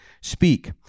speak